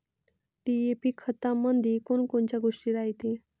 DAP खतामंदी कोनकोनच्या गोष्टी रायते?